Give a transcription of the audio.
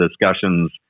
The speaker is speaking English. discussions